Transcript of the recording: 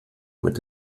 mit